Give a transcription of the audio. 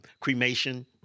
Cremation